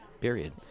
period